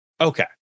Okay